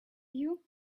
you